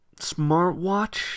smartwatch